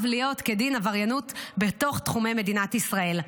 להיות כדין עבריינות בתוך תחומי מדינת ישראל.